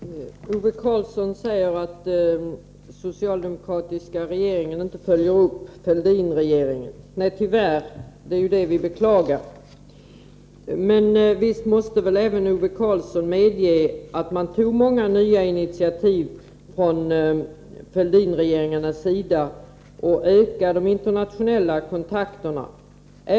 Herr talman! Ove Karlsson säger att den socialdemokratiska regeringen inte följer upp Fälldinregeringarnas initiativ. Nej, tyvärr — det är ju det vi beklagar! Men visst måste väl även Ove Karlsson medge att Fälldinregeringarna tog många nya initiativ för att öka de internationella kontakterna?